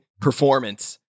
performance